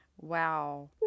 Wow